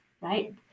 right